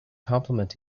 compliment